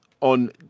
on